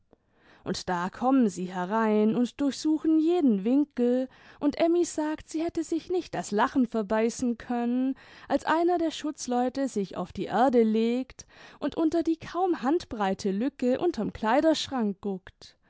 und da kommen sie herein und durchsuchen jeden winkel und emmy sagt sie hätte sich nicht das lachen verbeißen können als einer der schutzleute sich auf die erde legt und unter die kaum handbreite lücke unterm kleiderschrank guckt